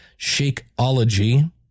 Shakeology